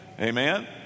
Amen